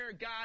God